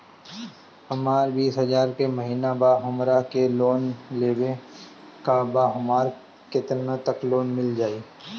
हमर बिस हजार के महिना बा हमरा के लोन लेबे के बा हमरा केतना तक लोन मिल जाई?